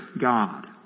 God